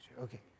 Okay